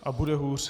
A bude hůř.